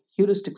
heuristics